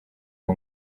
uwo